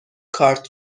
کارت